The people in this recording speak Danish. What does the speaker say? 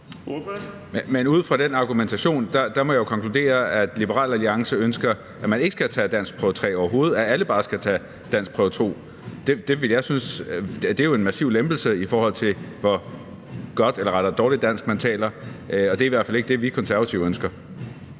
Ud fra den argumentation må jeg jo konkludere, at Liberal Alliance ønsker, at man overhovedet ikke skal tage danskprøve 3, men at alle bare skal tage danskprøve 2. Det er jo en massiv lempelse, i forhold til hvor godt – eller rettere dårligt – dansk, man taler, og det er i hvert fald ikke det, vi Konservative ønsker.